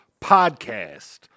podcast